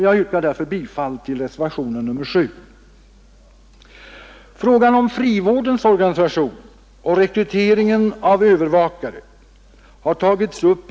Jag yrkar därför bifall till reservationen 7.